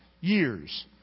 years